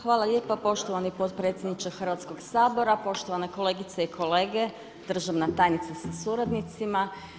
Hvala lijepo poštovani potpredsjedniče Hrvatskog sabora, poštovane kolegice i kolege, državna tajnice sa suradnicima.